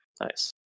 Nice